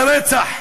לרצח,